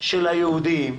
של היהודים,